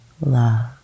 love